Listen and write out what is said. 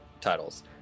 titles